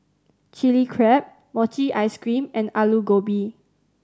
Chilli Crab mochi ice cream and Aloo Gobi